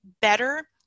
better